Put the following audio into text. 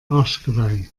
arschgeweih